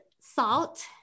salt